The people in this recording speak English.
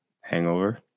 Hangover